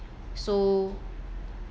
so